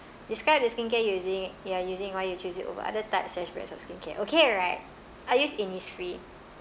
describe the skincare using you are using why you choose it over other types and brands of skincare okay right I use Innisfree